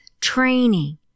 training